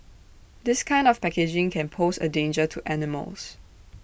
this kind of packaging can pose A danger to animals